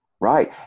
Right